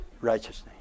righteousness